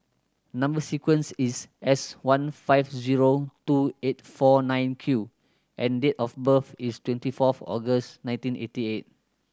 number sequence is S one five zero two eight four nine Q and date of birth is twenty fourth August nineteen eighty eight